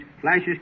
flashes